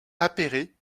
appéré